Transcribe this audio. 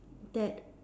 that